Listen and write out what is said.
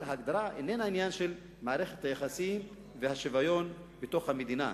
אבל ההגדרה איננה העניין של מערכת היחסים והשוויון בתוך המדינה.